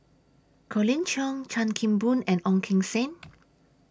Colin Cheong Chan Kim Boon and Ong Keng Sen